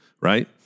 right